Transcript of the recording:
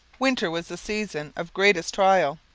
winter was the season of greatest trial.